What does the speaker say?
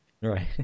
Right